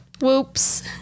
Whoops